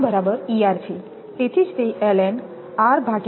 ખરેખર